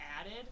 added